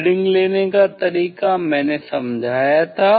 reading लेने का तरीका मैंने समझाया था